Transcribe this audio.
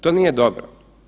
To nije dobro.